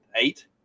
eight